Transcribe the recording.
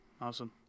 Awesome